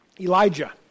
Elijah